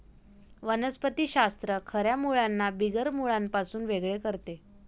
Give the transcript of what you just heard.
वनस्पति शास्त्र खऱ्या मुळांना बिगर मुळांपासून वेगळे करते